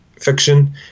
fiction